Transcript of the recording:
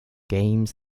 games